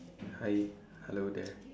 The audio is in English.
hi hello there